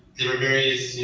there were various, you